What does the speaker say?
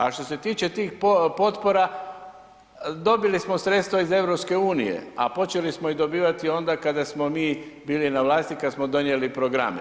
A što se tiče tih potpora, dobili smo sredstva iz EU, a počeli smo ih dobivati onda kada smo mi bili na vlasti, kad smo donijeli programe.